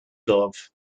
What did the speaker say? dove